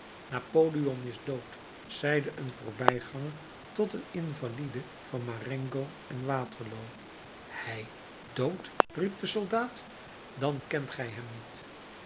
napoleon is dood zeide een voorbijganger tot een invalide van marengo en waterloo hij dood riep de soldaat dan kent gij hem niet